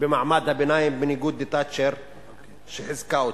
במעמד הביניים בניגוד לתאצ'ר שחיזקה אותו.